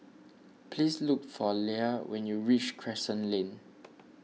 please look for Leia when you reach Crescent Lane